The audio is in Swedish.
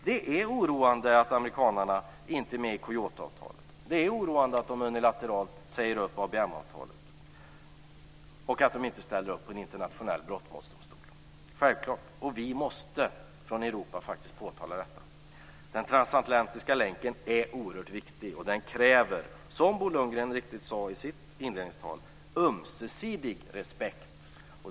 Det är oroande att amerikanarna inte är med på Kyotoavtalet, att de unilateralt säger upp ABM avtalet och att de inte ställer upp på en internationell brottmålsdomstol. Vi från Europa måste påtala detta. Den transatlantiska länken är oerhört viktig, och den kräver - som Bo Lundgren mycket riktigt sade i sitt inledningsanförande - ömsesidig respekt.